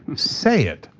say it,